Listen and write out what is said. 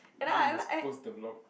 is it must post the vlog